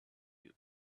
you